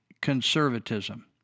conservatism